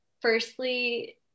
Firstly